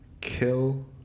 Kill